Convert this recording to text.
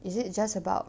is it just about